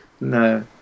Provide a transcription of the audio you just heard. No